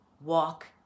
walk